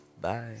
Bye